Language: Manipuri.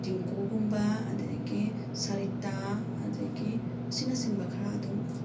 ꯗꯤꯡꯀꯨꯒꯨꯝꯕ ꯑꯗꯨꯗꯒꯤ ꯁꯥꯔꯤꯇꯥ ꯑꯗꯒꯤ ꯑꯁꯤꯅ ꯆꯤꯡꯕ ꯈꯔ ꯑꯗꯨꯝ